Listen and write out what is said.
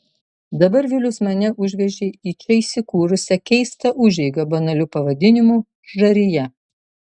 dabar vilius mane užvežė į čia įsikūrusią keistą užeigą banaliu pavadinimu žarija